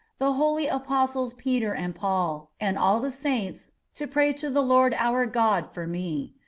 the holy apostles peter and paul, and all the saints, to pray to the lord our god for me.